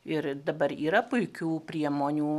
ir dabar yra puikių priemonių